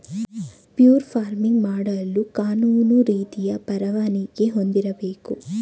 fur farming ಮಾಡಲು ಕಾನೂನು ರೀತಿಯ ಪರವಾನಿಗೆ ಹೊಂದಿರಬೇಕು